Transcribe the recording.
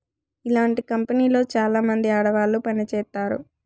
ఇలాంటి కంపెనీలో చాలామంది ఆడవాళ్లు పని చేత్తారు